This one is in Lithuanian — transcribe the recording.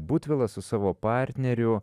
butvilas su savo partneriu